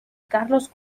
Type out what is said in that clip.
carlos